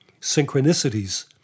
synchronicities